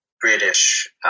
British